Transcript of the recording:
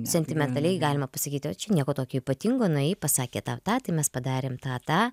sentimentaliai galima pasakyt o čia nieko tokio ypatingo na ji pasakė tą tą mes padarėm tą tą